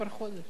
נכון.